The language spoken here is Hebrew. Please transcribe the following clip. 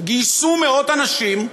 גייסו מאות אנשים,